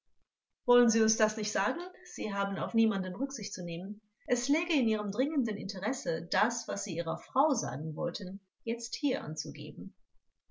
wollen sie uns das nicht sagen sie haben auf niemanden rücksicht zu nehmen es läge in ihrem dringenden interesse das was sie ihrer frau sagen wollten jetzt hier anzugeben